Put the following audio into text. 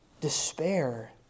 despair